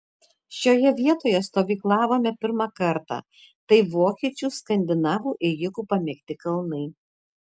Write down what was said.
šioje vietoje stovyklavome pirmą kartą tai vokiečių skandinavų ėjikų pamėgti kalnai